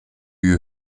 you